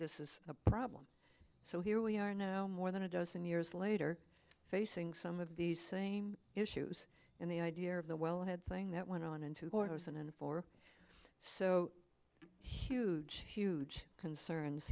this is a problem so here we are now more than a dozen years later facing some of these same issues and the idea of the well head thing that went on in two horse and four so huge huge concerns